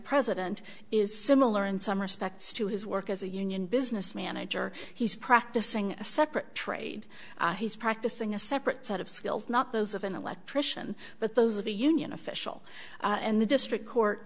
president is similar in some respects to his work as a union business manager he's practicing a separate trade he's practicing a separate set of skills not those of an electrician but those of a union official and the district court